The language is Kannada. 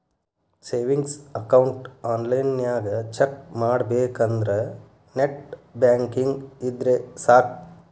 ಸೇವಿಂಗ್ಸ್ ಅಕೌಂಟ್ ಆನ್ಲೈನ್ನ್ಯಾಗ ಚೆಕ್ ಮಾಡಬೇಕಂದ್ರ ನೆಟ್ ಬ್ಯಾಂಕಿಂಗ್ ಇದ್ರೆ ಸಾಕ್